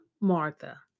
Martha